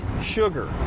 sugar